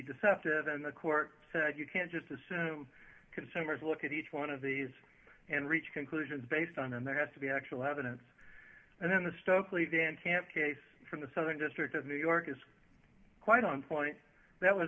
deceptive and the court said you can't just assume consumers look at each one of these and reach conclusions based on and there has to be actual evidence and then the stokely van camp case from the southern district of new york is quite on point that was